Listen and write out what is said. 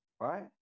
right